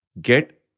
get